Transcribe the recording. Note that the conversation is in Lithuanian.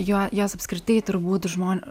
jo jas apskritai turbūt žmon